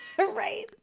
Right